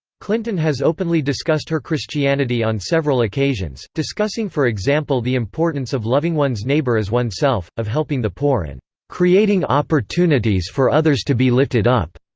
clinton has openly discussed her christianity on several occasions, occasions, discussing for example the importance of loving one's neighbor as oneself, of helping the poor and creating opportunities for others to be lifted up.